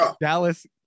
Dallas